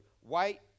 white